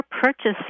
purchasing